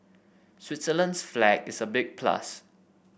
Switzerland's flag is a big plus